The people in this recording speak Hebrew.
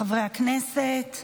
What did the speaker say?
חברי הכנסת,